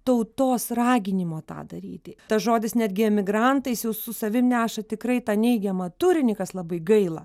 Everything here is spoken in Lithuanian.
tautos raginimo tą daryti tas žodis netgi emigrantai jis jau su savim neša tikrai tą neigiamą turinį kas labai gaila